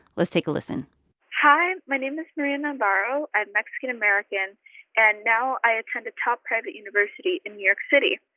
let's take a listen hi. my name is maria navarro. i'm mexican-american, and now i attend a top private university in new york city.